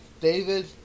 David